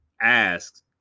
asks